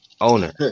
owner